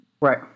Right